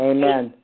Amen